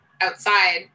outside